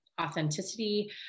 authenticity